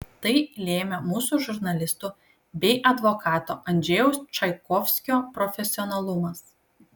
tai lėmė mūsų žurnalistų bei advokato andžejaus čaikovskio profesionalumas